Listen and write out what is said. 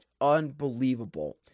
unbelievable